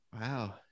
Wow